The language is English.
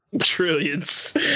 Trillions